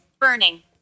Burning